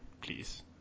please